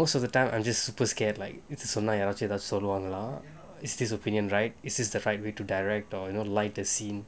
most of the time I'm just super scared like சொன்னா யாராவது எதாச்சும் சொல்வாங்கலா:sonna yaaravathu etachum solvangala is this opinion right is the right way to direct or you know light the scene